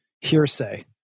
hearsay